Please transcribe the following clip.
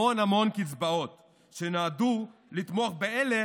המון המון קצבאות שנועדו לתמוך באלה